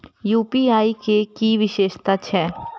UPI के कि विषेशता छै?